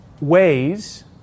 ways